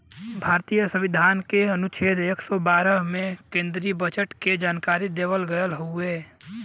भारतीय संविधान के अनुच्छेद एक सौ बारह में केन्द्रीय बजट के जानकारी देवल गयल हउवे